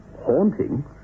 Haunting